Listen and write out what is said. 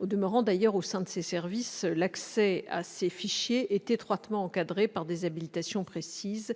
Au demeurant, l'accès à ces fichiers au sein des services de renseignement est étroitement encadré par des habilitations précises